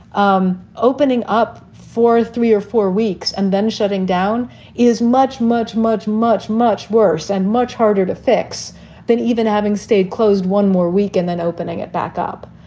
um opening up for three or four weeks and then shutting down is much, much, much, much, much worse and much harder to fix than even having stayed closed one more week and then opening it back up.